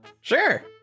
Sure